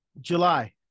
july